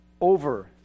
over